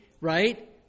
right